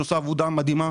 שעושה עבודה מדהימה,